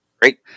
Great